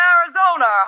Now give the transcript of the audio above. Arizona